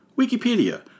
Wikipedia